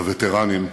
הווטרנים,